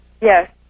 Yes